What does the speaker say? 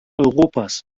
europas